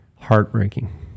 heartbreaking